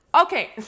Okay